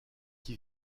qui